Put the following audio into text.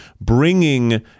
bringing